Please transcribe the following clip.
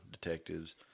detectives